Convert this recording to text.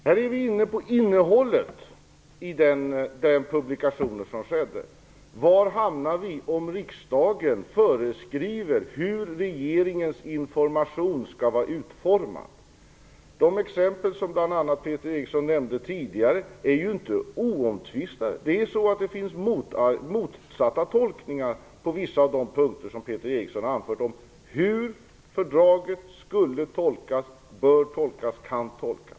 Herr talman! Nu är vi inne på innehållet i den publikation som gjordes. Var hamnar vi om riksdagen föreskriver hur regeringens information skall vara utformad? De exempel som bl.a. Peter Eriksson nämnde tidigare är inte oomtvistade. Det finns motsatta tolkningar på vissa av de punkter som Peter Eriksson anför om hur fördraget skulle tolkas, bör tolkas och kan tolkas.